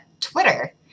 Twitter